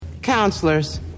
Counselors